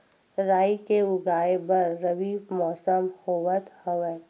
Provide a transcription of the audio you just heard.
राई के उगाए बर रबी मौसम होवत हवय?